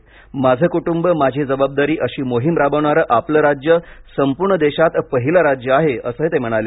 माझे कुटूंब माझी जबाबदारी अशी मोहिम राबवणारं आपलं राज्य संपूर्ण देशात पहिलं राज्य आहे असं ते म्हणाले